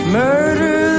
murder